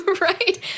Right